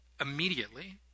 immediately